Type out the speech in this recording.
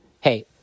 hey